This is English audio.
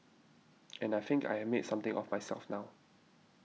and I think I have made something of myself now